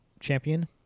Champion